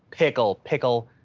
pickle, pickle.